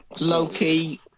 Loki